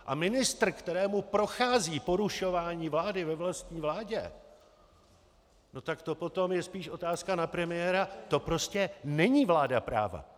A ministr, kterému prochází porušování zákona ve vlastní vládě, tak to potom je spíš otázka na premiéra, to prostě není vláda práva.